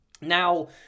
now